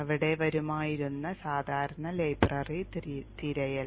ഇവിടെ വരുമായിരുന്ന സാധാരണ ലൈബ്രറി തിരയൽ